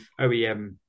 oem